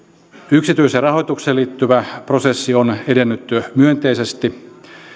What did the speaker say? yksityiseen rahoitukseen liittyvä prosessi on edennyt myönteisesti